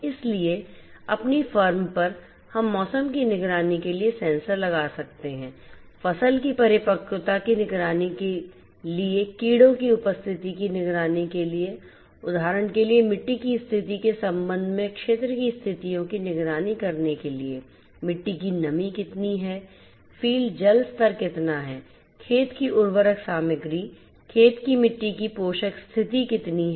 इसलिए अपनी फर्म पर हम मौसम की निगरानी के लिए सेंसर लगा सकते हैं फसल की परिपक्वता की निगरानी करने के लिए कीड़ों की उपस्थिति की निगरानी करने के लिए उदाहरण के लिए मिट्टी की स्थिति के संबंध में क्षेत्र की स्थितियों की निगरानी करने के लिए मिट्टी की नमी कितनी है फ़ील्ड जल स्तर कितना है खेत की उर्वरक सामग्री खेत की मिट्टी की पोषक स्थिति कितनी है